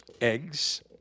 eggs